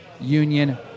union